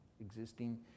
existing